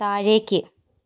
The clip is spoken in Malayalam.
താഴേക്ക്